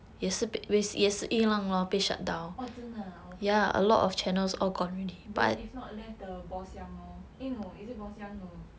orh 真的 ah 我不懂 then if not left the boss yang lor eh no is it boss yang no